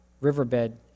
riverbed